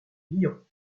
lyon